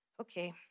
Okay